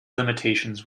limitations